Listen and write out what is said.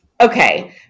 Okay